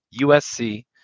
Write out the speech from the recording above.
USC